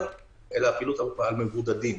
אלא הפעילות על מבודדים.